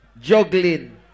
Juggling